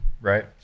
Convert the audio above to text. right